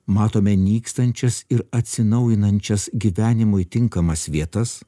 matome nykstančias ir atsinaujinančias gyvenimui tinkamas vietas